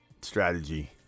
strategy